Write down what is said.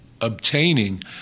obtaining